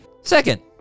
Second